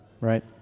right